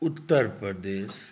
Uttar Pradesh